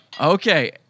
Okay